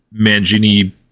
mangini